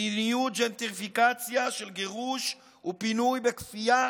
מדיניות ג'נטריפיקציה של גירוש ופינוי בכפייה